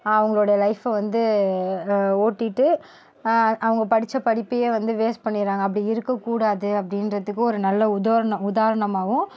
அவங்களோடைய லைஃபை வந்து ஓட்டிகிட்டு அவங்க படித்த படிப்பையே வந்து வேஸ்ட் பண்ணிடுறாங்க அப்படி இருக்க கூடாது அப்படின்றத்துக்கு ஒரு நல்ல உதாரணம் உதாரணமாகவும்